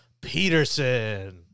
Peterson